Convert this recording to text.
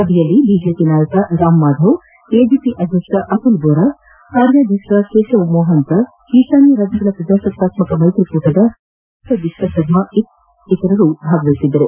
ಸಭೆಯಲ್ಲಿ ಬಿಜೆಪಿ ನಾಯಕ ರಾಮ್ಮಾಧವ್ ಎಜಿಪಿ ಅಧ್ಯಕ್ಷ ಅತುಲ್ ಬೋರಾ ಕಾರ್ಯಾಧ್ಯಕ್ಷ ಕೇಶವ್ ಮಹಾಂತ ಈಶಾನ್ಯ ರಾಜ್ಯಗಳ ಪ್ರಜಾಸತ್ತಾತ್ಮಕ ಮೈತ್ರಿಕೂಟದ ಸಂಚಾಲಕ ಹಿಮಂತ ಬಿಸ್ವ ಶರ್ಮ ಮತ್ತಿತರರು ಭಾಗವಹಿಸಿದ್ದರು